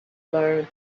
learned